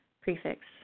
prefix